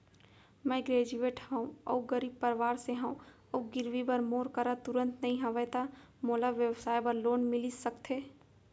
मैं ग्रेजुएट हव अऊ गरीब परवार से हव अऊ गिरवी बर मोर करा तुरंत नहीं हवय त मोला व्यवसाय बर लोन मिलिस सकथे?